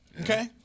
okay